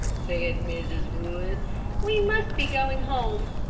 said mrs. wood we must be going home.